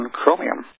chromium